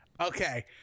Okay